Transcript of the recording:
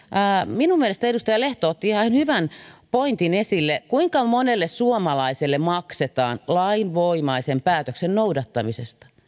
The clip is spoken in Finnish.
minun mielestäni edustaja lehto otti ihan hyvän pointin esille kuinka monelle suomalaiselle maksetaan lainvoimaisen päätöksen noudattamisesta